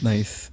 Nice